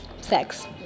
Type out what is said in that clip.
sex